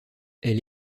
elle